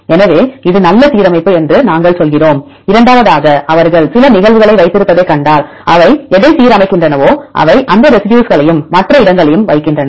எனவே இது நல்ல சீரமைப்பு என்று நாங்கள் சொல்கிறோம் இரண்டாவதாக அவர்கள் சில நிகழ்வுகளை வைத்திருப்பதைக் கண்டால் அவை எதை சீரமைக்கின்றனவோ அவை இந்த ரெசிடியூஸ்களையும் மற்ற இடங்களையும் வைக்கின்றன